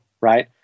right